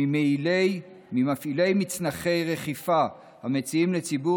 מפעילי מצנחי רחיפה המציעים לציבור